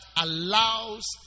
allows